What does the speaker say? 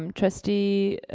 um trustee